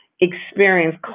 experience